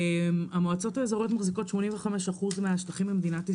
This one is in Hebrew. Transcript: המועצות האזוריות מחזיקות 85% מהשטחים במדינת ישראל.